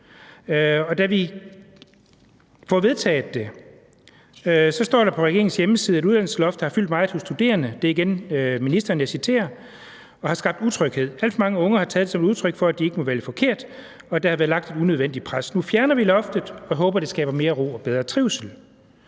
vi havde fået vedtaget det, stod der på regeringens hjemmeside, at uddannelsesloftet havde fyldt meget for studerende – det er igen ministeren, jeg citerer – og har skabt utryghed. Alt for mange unge har taget det som udtryk for, at de ikke må vælge forkert, og der har været lagt et unødvendigt pres på dem. Nu fjerner vi loftet og håber, at det skaber mere ro og bedre trivsel.